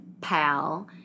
pal